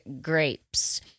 grapes